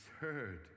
heard